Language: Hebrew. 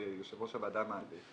שיושב ראש הוועדה מעלה,